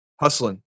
hustling